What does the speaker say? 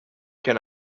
can